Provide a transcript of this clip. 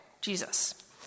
Jesus